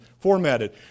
formatted